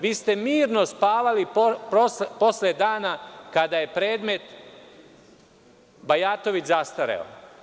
Vi ste mirno spavali posle dana kada je predmet Bajatović zastareo.